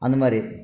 அந்த மாதிரி